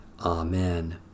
Amen